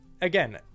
again